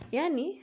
Yani